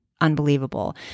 unbelievable